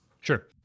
Sure